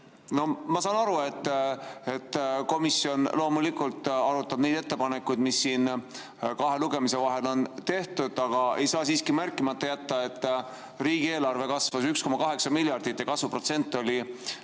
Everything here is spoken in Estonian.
Ma saan aru, et komisjon loomulikult arutab neid ettepanekuid, mida siin kahe lugemise vahel on tehtud, aga ei saa märkimata jätta, et riigieelarve kasvas 1,8 miljardit ja kasvuprotsent oli 17